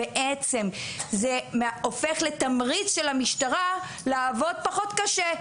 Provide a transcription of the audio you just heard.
בעצם זה הופך לתמריץ של המשטרה לעבוד פחות קשה.